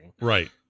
right